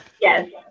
Yes